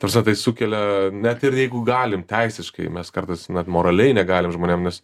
ta prasme tai sukelia net ir jeigu galime teisiškai mes kartais na moraliai negalim žmonėm nes